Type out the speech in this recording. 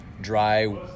dry